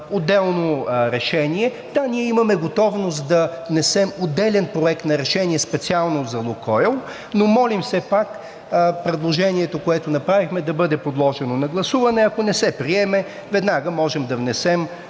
отделно решение. Да, ние имаме готовност да внесем отделен проект на решение специално за „Лукойл“, но молим все пак предложението, което направихме, да бъде подложено на гласуване. Ако не се приеме, веднага можем да внесем